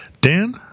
Dan